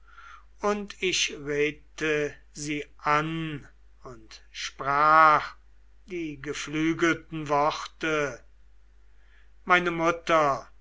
und ich red'te sie an und sprach die geflügelten worte meine mutter